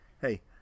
Hey